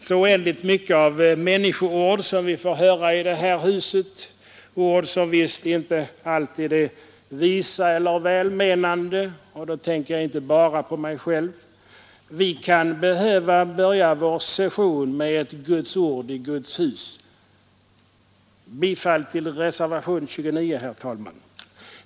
Så oändligt mycket av människoord som vi får höra i riksdagshuset, ord som visst inte alltid är visa eller välmenande — och då tänker jag inte bara på mig själv — kan vi behöva börja vår session med ett Guds ord i Guds hus. Herr talman! Jag yrkar bifall till reservationen 29.